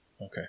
Okay